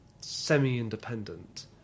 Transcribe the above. semi-independent